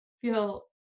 feel